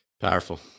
Powerful